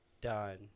done